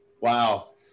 Wow